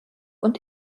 und